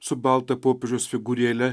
su balta popiežiaus figūrėle